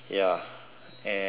and um